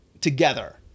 together